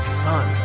son